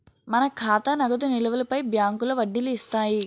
మన ఖాతా నగదు నిలువులపై బ్యాంకులో వడ్డీలు ఇస్తాయి